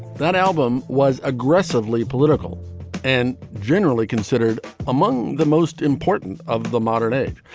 that album was aggressively political and generally considered among the most important of the modern age.